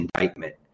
indictment